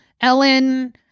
Ellen